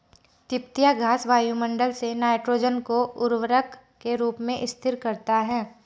तिपतिया घास वायुमंडल से नाइट्रोजन को उर्वरक के रूप में स्थिर करता है